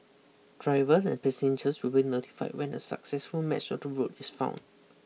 drivers and passengers will be notify when a successful match of the route is found